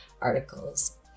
articles